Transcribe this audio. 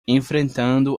enfrentando